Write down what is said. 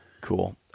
Cool